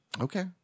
Okay